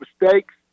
mistakes